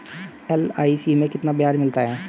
LIC में कितना ब्याज मिलता है?